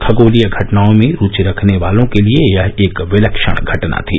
खगोलीय घटनाओं में रूचि रखने वालों के लिए यह एक विलक्षण घटना थी